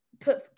put